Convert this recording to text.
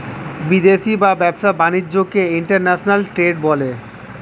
বিদেশি ব্যবসা বা বাণিজ্যকে ইন্টারন্যাশনাল ট্রেড বলে